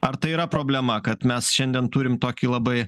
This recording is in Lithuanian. ar tai yra problema kad mes šiandien turim tokį labai